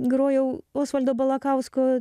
grojau osvaldo balakausko